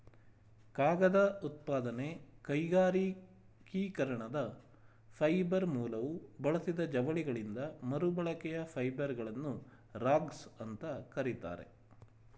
ಕಾಗದ ಉತ್ಪಾದನೆ ಕೈಗಾರಿಕೀಕರಣದ ಫೈಬರ್ ಮೂಲವು ಬಳಸಿದ ಜವಳಿಗಳಿಂದ ಮರುಬಳಕೆಯ ಫೈಬರ್ಗಳನ್ನು ರಾಗ್ಸ್ ಅಂತ ಕರೀತಾರೆ